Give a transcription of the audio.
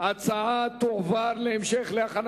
התשס"ט 2009,